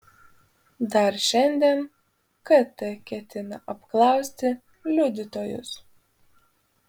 dar šiandien kt ketina apklausti liudytojus